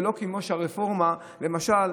ולא כמו שהרפורמה אמרה,